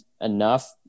enough